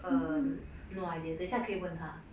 um no idea 等一下可以问她